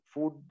Food